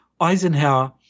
Eisenhower